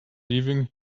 leaving